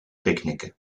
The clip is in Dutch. picknicken